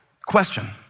question